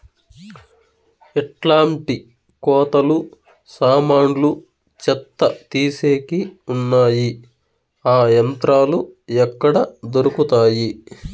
ఎట్లాంటి కోతలు సామాన్లు చెత్త తీసేకి వున్నాయి? ఆ యంత్రాలు ఎక్కడ దొరుకుతాయి?